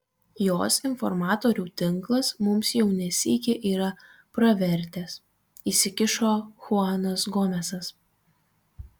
jos informatorių tinklas mums jau ne sykį yra pravertęs įsikišo chuanas gomesas